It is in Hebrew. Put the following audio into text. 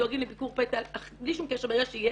דואגים לביקור פתע בלי שום קשר ברגע שיש.